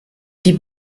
die